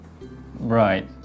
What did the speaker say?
right